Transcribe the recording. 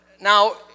Now